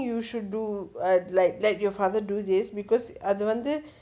you should do or like let your father do this because அது வந்து:athu vante like